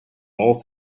all